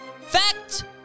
Fact